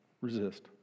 resist